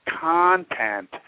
content